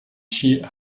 she